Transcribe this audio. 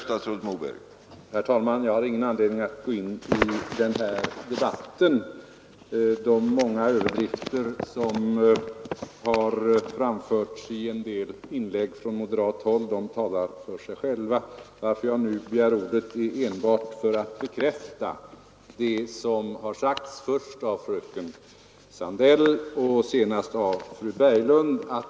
Herr talman! Jag har ingen anledning att gå in i den här debatten. De många överdrifter som här framförts i en del inlägg från moderat håll talar för sig själva. Jag begär nu ordet enbart för att bekräfta det som sagts, först av fröken Sandell och senast av fru Berglund.